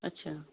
ਅੱਛਾ